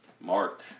Mark